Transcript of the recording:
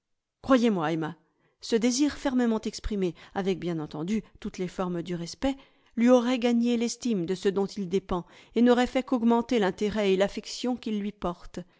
croyez-moi emma ce désir fermement exprimé avec bien entendu toutes les formes du respect lui aurait gagné l'estime de ceux dont il dépend et n'aurait fait qu'augmenter l'intérêt et l'affection qu'ils lui portent